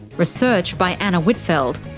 research by anna whitfeld,